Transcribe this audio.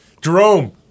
Jerome